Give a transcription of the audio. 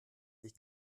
ich